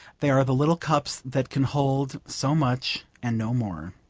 they are the little cups that can hold so much and no more.